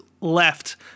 left